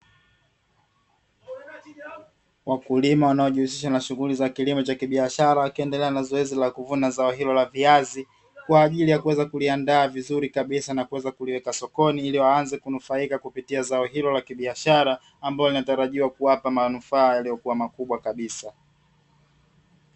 Wakulima wanaojihusisha na shughuli za kilimo cha kibiashara, wakiendelea na zoezi la kuvuna zao hilo la viazi kwa ajili ya kuweza kuliandaa vizuri kabisa na kuweza kuliweka sokoni ili waanze kunufaika kupitia zao hilo la kibiashara, ambalo linatarajiwa kuwapa manufaa yaliyokuwa makubwa kabisa.